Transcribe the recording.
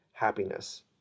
happiness